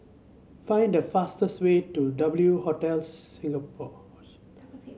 find the fastest way to W Hotels Singapore